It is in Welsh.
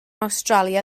awstralia